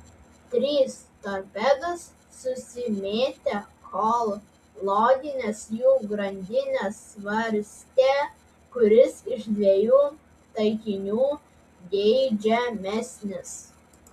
trys torpedos susimėtė kol loginės jų grandinės svarstė kuris iš dviejų taikinių geidžiamesnis